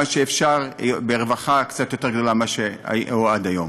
שאפשר ברווחה קצת יותר גדולה ממה שעד היום.